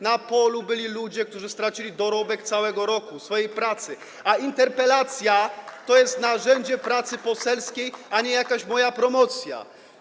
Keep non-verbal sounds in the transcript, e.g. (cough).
Na polu byli ludzie, którzy stracili dorobek całego roku, swojej pracy, (applause) a interpelacja to jest narzędzie pracy poselskiej, a nie jakaś moja promocja.